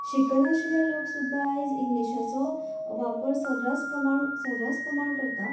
शिकनाशिल्ले लोक सुद्दां आयज इंग्लीशाचों वापर सर्रास प्रमाण सर्रास प्रमाण करतात